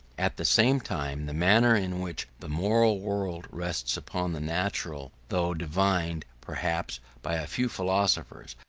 at the same time, the manner in which the moral world rests upon the natural, though divined, perhaps, by a few philosophers,